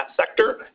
sector